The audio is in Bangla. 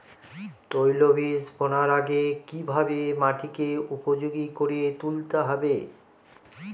তৈলবীজ বোনার আগে কিভাবে মাটিকে উপযোগী করে তুলতে হবে?